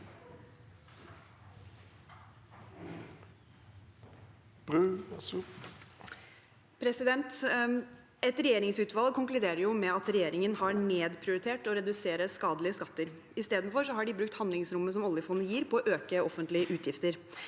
Et regjeringsutvalg konklu- derer med at regjeringen har nedprioritert å redusere skadelige skatter. I stedet har de brukt handlingsrommet som oljefondet gir, til å øke offentlige utgifter.